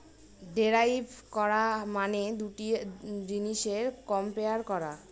derive করা মানে দুটা জিনিসের কম্পেয়ার করা